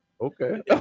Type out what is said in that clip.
Okay